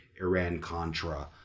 Iran-Contra